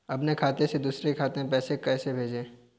अपने खाते से दूसरे के खाते में पैसे को कैसे भेजे?